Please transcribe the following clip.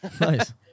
Nice